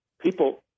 people